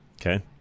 Okay